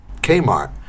Kmart